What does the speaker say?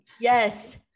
yes